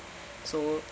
so